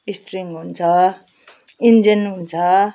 steering हुन्छ engine हुन्छ